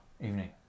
Evening